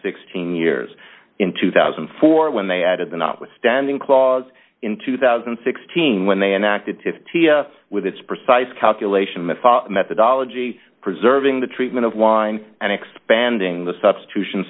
sixteen years in two thousand and four when they added the notwithstanding clause in two thousand and sixteen when they enacted to fifty with its precise calculation methodology preserving the treatment of wine and expanding the substitution